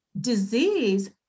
disease